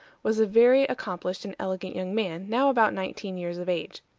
was a very accomplished and elegant young man, now about nineteen years of age.